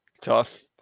tough